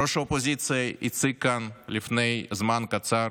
ראש האופוזיציה הציג כאן לפני זמן קצר